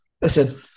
Listen